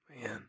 Man